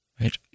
right